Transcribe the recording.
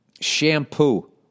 Shampoo